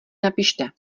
napište